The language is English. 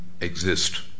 exist